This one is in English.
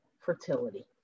fertility